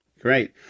Great